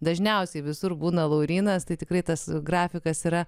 dažniausiai visur būna laurynas tai tikrai tas grafikas yra